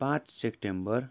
पाँच सेप्टेम्बर